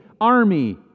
army